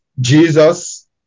Jesus